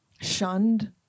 shunned